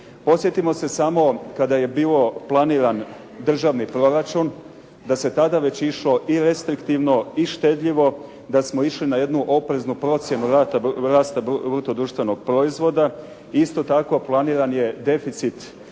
Podsjetimo se samo kada je bio planiran državni proračun da se tada već išlo i restriktivno i štedljivo, da smo išli na jednu opreznu procjenu rasta bruto društvenog proizvoda. Isto tako, planiran je deficit opće